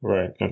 Right